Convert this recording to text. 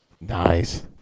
Nice